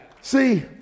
See